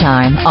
Time